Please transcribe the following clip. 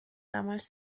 damals